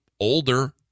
older